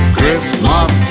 Christmas